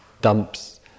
dumps